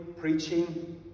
preaching